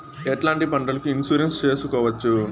ఎట్లాంటి పంటలకు ఇన్సూరెన్సు చేసుకోవచ్చు?